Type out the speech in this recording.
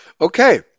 Okay